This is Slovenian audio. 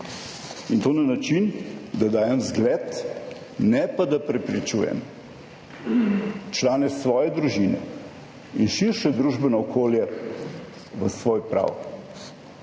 in to na način, da dajem zgled, ne pa da prepričujem člane svoje družine in širše družbeno okolje v svoj prav.